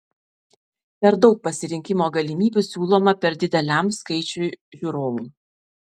per daug pasirinkimo galimybių siūloma per dideliam skaičiui žiūrovų